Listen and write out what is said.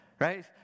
right